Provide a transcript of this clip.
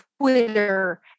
Twitter